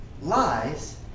lies